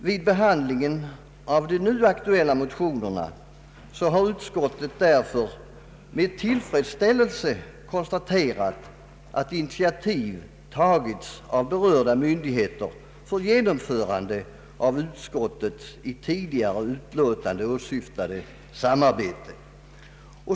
Vid behandlingen av de nu aktuella motionerna har utskottet med tillfredsställelse konstaterat att initiativ tagits av berörda myndigheter för att genomföra det av utskottet i tidigare utlåtanden åsyftade samarbetet.